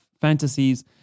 fantasies